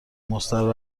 مستراح